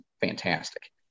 fantastic